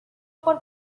por